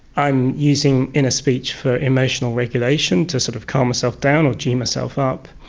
i'm using inner speech for emotional regulation, to sort of calm myself down or gee myself up,